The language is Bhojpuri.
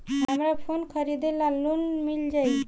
हमरा फोन खरीदे ला लोन मिल जायी?